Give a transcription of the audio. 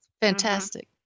Fantastic